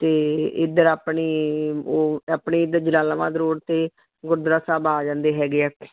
ਅਤੇ ਇੱਧਰ ਆਪਣੀ ਉਹ ਆਪਣੇ ਇੱਧਰ ਜਲਾਲਾਬਾਦ ਰੋਡ 'ਤੇ ਗੁਰਦੁਆਰਾ ਸਾਹਿਬ ਆ ਜਾਂਦੇ ਹੈਗੇ ਆ